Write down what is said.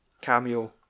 cameo